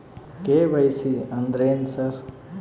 KYC ಅಂದ್ರೇನು sir?